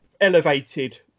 elevated